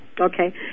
Okay